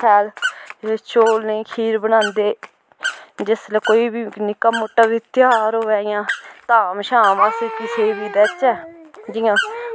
शैल चौल नेईं खीर बनांदे जिसलै कोई बी निक्का मुट्टा बी ध्यार होऐ इ'यां धाम शाम अस किसे बी देचै जियां